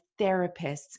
therapists